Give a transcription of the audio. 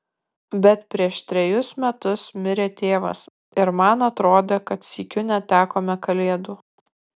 bet prieš trejus metus mirė tėvas ir man atrodė kad sykiu netekome kalėdų